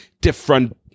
different